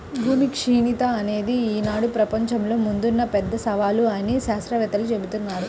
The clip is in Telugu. భూమి క్షీణత అనేది ఈనాడు ప్రపంచం ముందున్న పెద్ద సవాలు అని శాత్రవేత్తలు జెబుతున్నారు